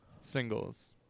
singles